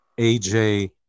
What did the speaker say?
AJ